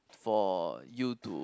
for you to